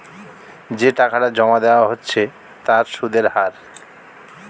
যে টাকাটা জমা দেওয়া হচ্ছে তার সুদের হার